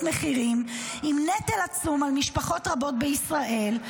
מחירים עם נטל עצום על משפחות רבות בישראל,